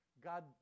God